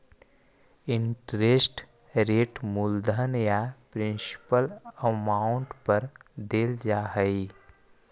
interest rate मूलधन या principal amount पर देल जा हई